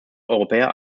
europäer